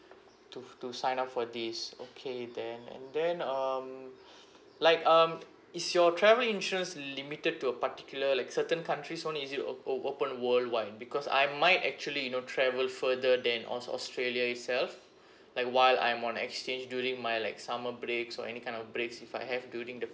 to f~ to sign up for this okay then and then um like um is your travel insurance limited to a particular like certain countries only is it op~ or open worldwide because I might actually you know travel further than aus~ australia itself like while I'm on exchange during my like summer breaks or any kind of breaks if I have during the